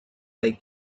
like